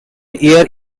year